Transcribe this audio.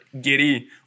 Giddy